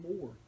more